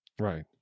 Right